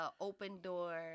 open-door